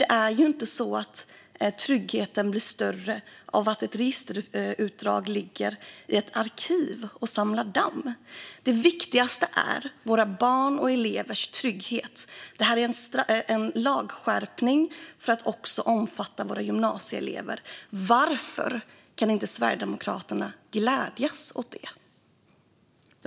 Det är ju inte så att tryggheten blir större av att ett registerutdrag ligger i ett arkiv och samlar damm. Det viktigaste är våra barns och elevers trygghet. Det här är en lagskärpning för att omfatta också våra gymnasieelever. Varför kan inte Sverigedemokraterna glädjas åt det?